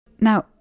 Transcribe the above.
Now